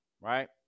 right